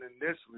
initially